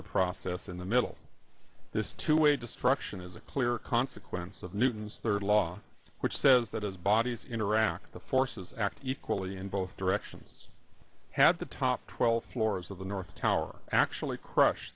the process in the middle of this two way destruction is a clear consequence of newton's third law which says that as bodies interact the forces acting equally in both directions had the top twelve floors of the north tower actually crush